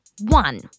one